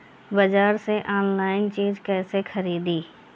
बाजार से आनलाइन चीज कैसे खरीदी?